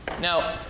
Now